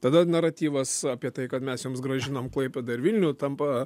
tada naratyvas apie tai kad mes jums grąžinam klaipėdą ir vilnių tampa